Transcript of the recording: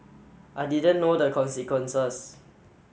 I didn't know the consequences